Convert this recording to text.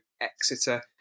Exeter